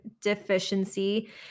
deficiency